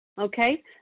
Okay